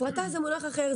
הפרטה זה דבר אחר,